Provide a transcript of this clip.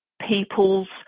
people's